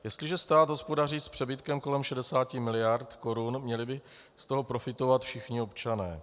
Jestliže stát hospodaří s přebytkem kolem 60 miliard korun, měli by z toho profitovat všichni občané.